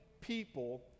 people